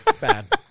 Bad